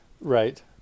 Right